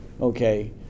Okay